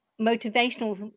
motivational